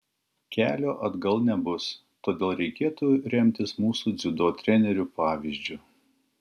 kelio atgal nebus todėl reikėtų remtis mūsų dziudo trenerių pavyzdžiu